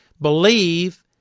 believe